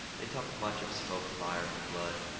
they talked much of smoke, fire, and blood,